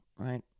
Right